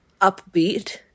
upbeat